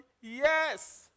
Yes